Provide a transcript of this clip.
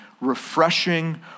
refreshing